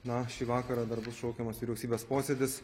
na šį vakarą dar bus šaukiamas vyriausybės posėdis